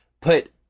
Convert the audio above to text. put